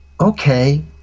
okay